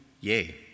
yay